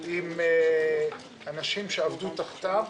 עם אנשים שעבדו תחתיו,